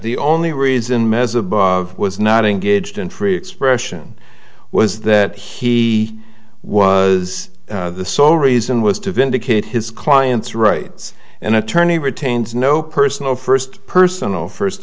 the only reason meza was not engaged in free expression was that he was the sole reason was to vindicate his client's rights an attorney retains no personal first person no first